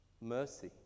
mercy